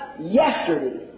yesterday